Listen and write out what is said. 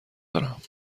دارم